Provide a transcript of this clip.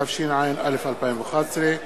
התשע"א 2011,